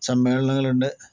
സമ്മേളനങ്ങളുണ്ട്